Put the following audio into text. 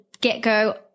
get-go